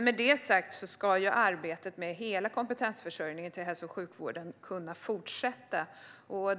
Med detta sagt ska arbetet med hela kompetensförsörjningen inom hälso och sjukvården kunna fortsätta.